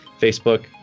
Facebook